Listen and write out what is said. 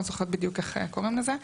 לא זוכרת בדיוק איך קוראים לזה,